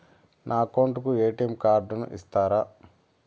నా అకౌంట్ కు ఎ.టి.ఎం కార్డును ఇస్తారా